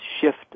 shift